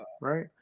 right